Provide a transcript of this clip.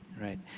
right